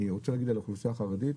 אני רוצה להגיד על האוכלוסיה החרדית,